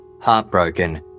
Heartbroken